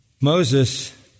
Moses